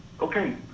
Okay